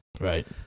right